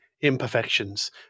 imperfections